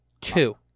Two